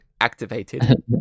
activated